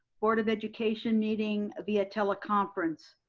board of education meeting via teleconference.